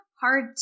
hard